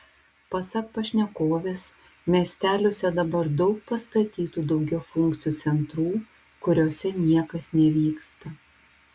pasak pašnekovės miesteliuose dabar daug pastatytų daugiafunkcių centrų kuriuose niekas nevyksta